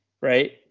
right